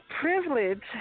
privilege